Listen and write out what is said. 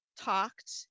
talked